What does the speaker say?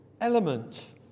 element